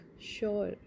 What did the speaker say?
sure